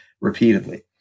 repeatedly